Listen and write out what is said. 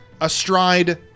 astride